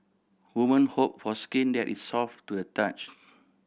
woman hope for skin that is soft to the touch